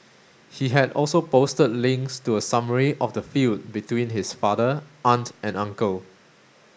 he had also posted links to a summary of the feud between his father aunt and uncle